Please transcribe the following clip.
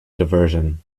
diversion